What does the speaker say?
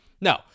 no